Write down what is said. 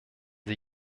sie